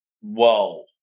whoa